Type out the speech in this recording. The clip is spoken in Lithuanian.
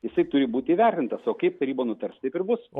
jisai turi būti įvertintas o kaip taryba nutars taip ir bus